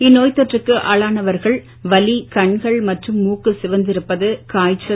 இந்நோய் தொற்றுக்கு ஆளானவர்கள் வலி கண்கள் மற்றும் மூக்கு சிவந்து இருப்பது காய்ச்சல்